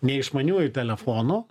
ne išmaniųjų telefonų